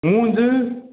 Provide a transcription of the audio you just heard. मुज